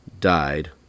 died